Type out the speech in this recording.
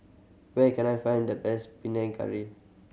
where can I find the best Panang Curry